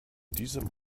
diesem